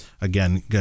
again